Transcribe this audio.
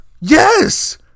Yes